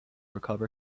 recover